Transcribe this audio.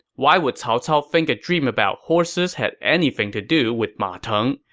why would cao cao think a dream about horses had anything to do with ma teng,